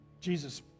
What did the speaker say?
Jesus